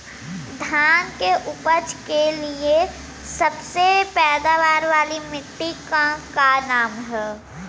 धान की उपज के लिए सबसे पैदावार वाली मिट्टी क का नाम ह?